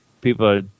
People